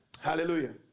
Hallelujah